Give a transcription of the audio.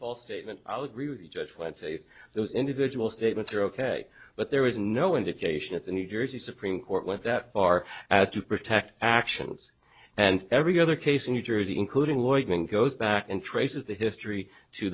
false statement i'll agree with the judge webspace those individual statements are ok but there is no indication that the new jersey supreme court went that far as to protect actions and every other case in new jersey including lojban goes back and traces the history to